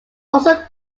also